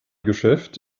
geschäft